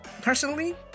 personally